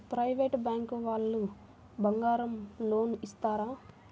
Private bank వాళ్ళు బంగారం loan ఇస్తారా?